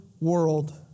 world